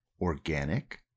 organic